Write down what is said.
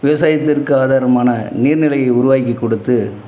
விவசாயத்திற்கு ஆதாரமான நீர் நிலையை உருவாக்கி கொடுத்து